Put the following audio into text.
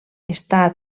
està